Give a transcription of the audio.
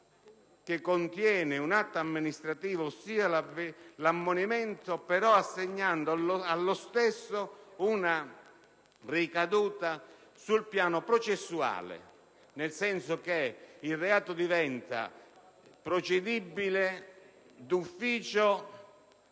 che contiene un atto amministrativo, ossia l'ammonimento, assegnando però allo stesso una ricaduta sul piano processuale; il reato, infatti, diventa procedibile d'ufficio